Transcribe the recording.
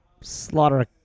slaughter